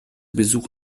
besuch